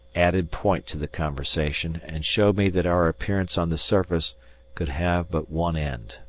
added point to the conversation, and showed me that our appearance on the surface could have but one end.